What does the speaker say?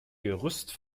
gerüst